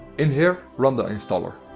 in here, run the installer.